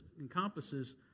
encompasses